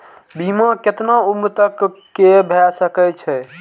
बीमा केतना उम्र तक के भे सके छै?